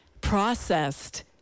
processed